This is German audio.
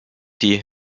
die